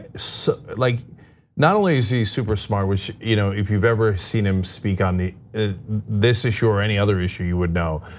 so like not only is he super smart, which you know if you've ever seen him speak on this issue or any other issue, you would know.